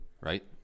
right